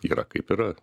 yra kaip yra